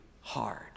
hard